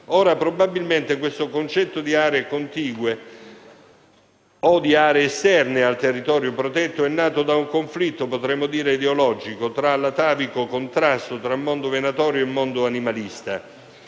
Probabilmente il concetto di aree contigue o aree esterne al territorio protetto è nato da un conflitto - potremmo dire - ideologico, dell'atavico contrasto tra mondo venatorio e mondo animalista.